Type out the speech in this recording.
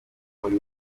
buri